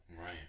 Right